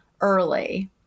early